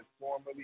formerly